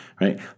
right